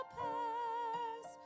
pass